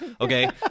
Okay